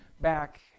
back